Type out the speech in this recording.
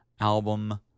album